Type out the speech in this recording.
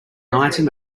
item